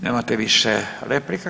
Nemate više replika.